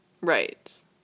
Right